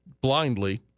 blindly